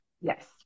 Yes